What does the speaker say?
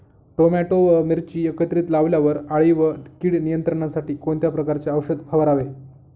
Tomato व मिरची एकत्रित लावल्यावर अळी व कीड नियंत्रणासाठी कोणत्या प्रकारचे औषध फवारावे?